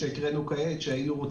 היום 25 בינואר 2021,